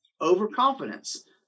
Overconfidence